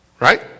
Right